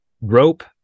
rope